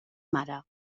mare